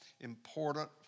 important